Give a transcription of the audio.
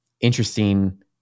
interesting